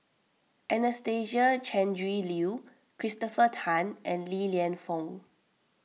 Anastasia Tjendri Liew Christopher Tan and Li Lienfung